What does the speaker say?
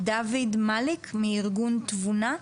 דוד מליק, מארגון "תבונה".